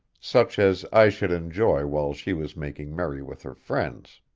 such as i should enjoy while she was making merry with her friends.